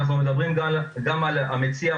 אנחנו מדברים גם על המציע,